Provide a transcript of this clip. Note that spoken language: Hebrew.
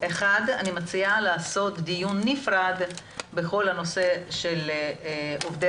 אחד אני מציעה לעשות דיון נפרד בכל הנושא של עובדים